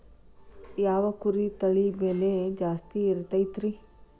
ಯಾವ ಕುರಿ ತಳಿ ಬೆಲೆ ಜಾಸ್ತಿ ಇರತೈತ್ರಿ?